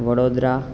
Vadodara